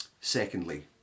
Secondly